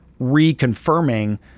reconfirming